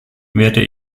werde